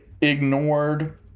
ignored